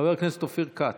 חבר הכנסת אופיר כץ.